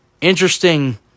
interesting